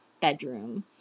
bedroom